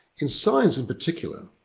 in science in particular,